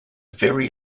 very